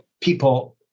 people